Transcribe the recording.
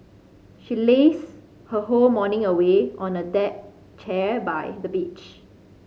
she lazed her whole morning away on a deck chair by the beach